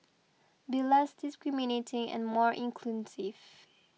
be less discriminating and more inclusive